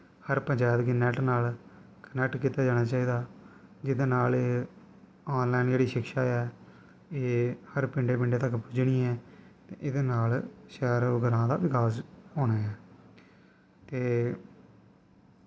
हर पंचैत गी नैट नाल कनैक्ट कीता जाना चाही दा जेह्दे नाल आन लाईन जेह्ड़ी शिक्षा ऐ एह् हर पिंडै पिंडै तक पुज्जनी ऐ एह्दै नाल शैह्र और पिंडें दा बकास होना ऐ ते